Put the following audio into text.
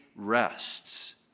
rests